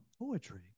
poetry